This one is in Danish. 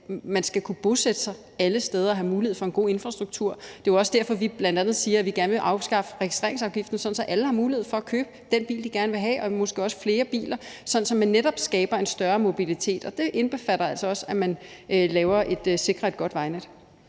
at man skal kunne bosætte sig alle steder og have mulighed for en god infrastruktur. Det er også derfor, vi bl.a. siger, at vi gerne vil afskaffe registreringsafgiften, sådan at alle har mulighed for at købe den bil, de gerne vil have, og måske også flere biler, sådan at man netop skaber en større mobilitet – og det indbefatter altså også, at man sikrer et godt vejnet.